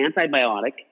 antibiotic